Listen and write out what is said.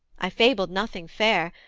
i fabled nothing fair,